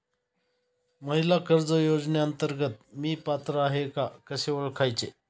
महिला कर्ज योजनेअंतर्गत मी पात्र आहे का कसे ओळखायचे?